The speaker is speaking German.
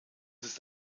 ist